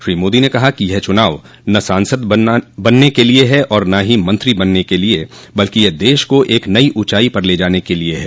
श्री मोदी ने कहा कि य चुनाव न सांसद बनने के लिए है और न ही मंत्री बनने के लिए है बल्कि ये देश को एक नई ऊचाई पर ले जाने के लिए है